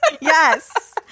Yes